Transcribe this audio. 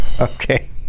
Okay